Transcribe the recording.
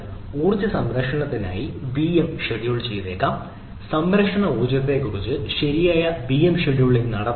അതിനാൽ ഊർജ്ജ സംരക്ഷണത്തിനായി വിഎം ഷെഡ്യൂൾ ചെയ്തേക്കാം സംരക്ഷണ ഊർജ്ജത്തെക്കുറിച്ച് ശരിയായ വിഎം ഷെഡ്യൂളിംഗ് നടത്താമോ